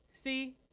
See